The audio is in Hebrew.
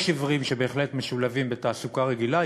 יש עיוורים שבהחלט משולבים בתעסוקה רגילה,